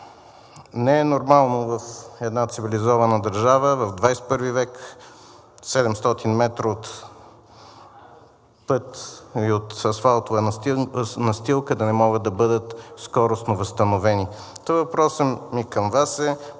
Не е нормално в една цивилизована държава в 21 век 700 метра от път и от асфалтова настилка да не могат да бъдат скоростно възстановени. Въпросът ми към Вас е: